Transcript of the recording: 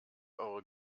eure